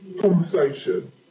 conversation